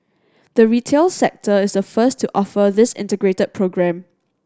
the retail sector is a first to offer this integrated programme